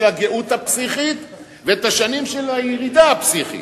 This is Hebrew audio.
הגאות הפסיכית ואת השנים של הירידה הפסיכית.